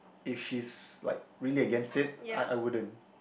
if she's like really against it I I wouldn't